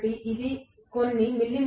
కాబట్టి ఇది కొన్ని మి